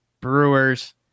Brewers